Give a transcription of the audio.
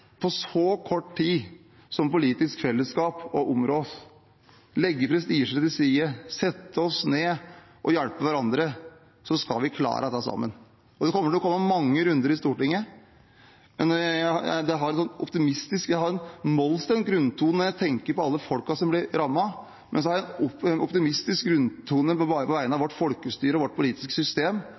til side, setter oss ned og hjelper hverandre, skal vi klare dette sammen. Det kommer til å komme mange runder i Stortinget. Jeg har en mollstemt grunntone når jeg tenker på alle folkene som blir rammet, men så har jeg en optimistisk grunntone på vegne av vårt folkestyre og vårt politiske system